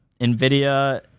Nvidia